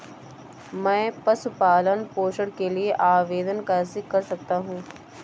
मैं पशु पालन पोषण के लिए आवेदन कैसे कर सकता हूँ?